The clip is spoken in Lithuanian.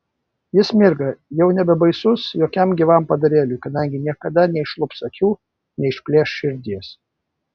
jis mirga jau nebebaisus jokiam gyvam padarėliui kadangi niekada neišlups akių neišplėš širdies